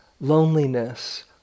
loneliness